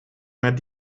maar